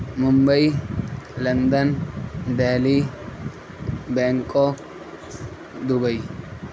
Mumbai London Delhi Bangkok Dubai